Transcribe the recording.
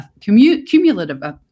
cumulative